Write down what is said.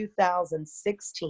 2016